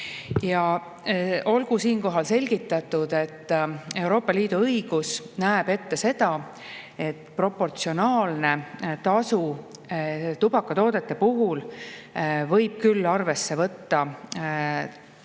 siinkohal selgitatud, et Euroopa Liidu õigus näeb ette seda, et proportsionaalne tasu tubakatoodete puhul võib küll arvesse võtta nikotiini